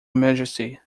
majesty